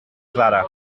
clara